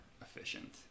efficient